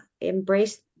embrace